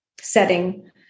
setting